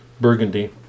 Burgundy